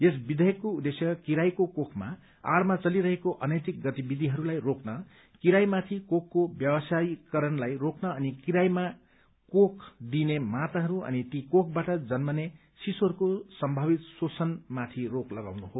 यस विषेयकको उद्देश्य किरायको कोखको आड़मा चलिरहेको अनैतिक गतिविधिहरूलाई रोक्न किरायमाथि कोखको व्यावसायीहरूलाई रोक्न अनि किरायमा कोख दिइने माताहरू अनि ती कोखहरूबाट जन्मने शिशुहरूको सम्भावित शोषणमाथि रोक लगाउनु हो